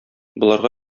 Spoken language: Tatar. боларга